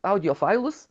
audio failus